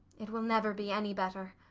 it will never be any better.